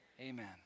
Amen